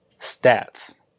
stats